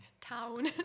town